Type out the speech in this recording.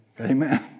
Amen